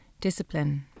discipline